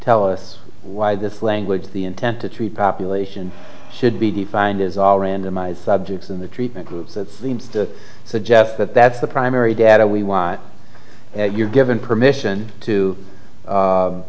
tell us why the language the intent to treat population should be defined as all randomized subjects in the treatment group that seems to suggest that that's the primary data we why you're given permission to